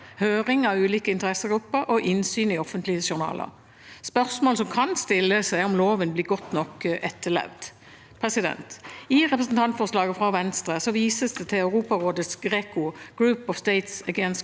høring av ulike interessegrupper og innsyn i offentlige journaler. Et spørsmål som kan stilles, er om loven blir godt nok etterlevd. I representantforslaget fra Venstre vises det til Europarådets GRECO, Group of States against